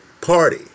party